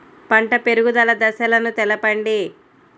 పంట పెరుగుదల దశలను తెలపండి?